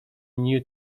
new